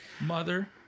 mother